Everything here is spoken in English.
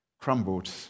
crumbled